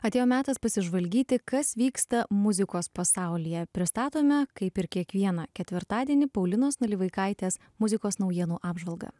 atėjo metas pasižvalgyti kas vyksta muzikos pasaulyje pristatome kaip ir kiekvieną ketvirtadienį paulinos nalivaikaitės muzikos naujienų apžvalgą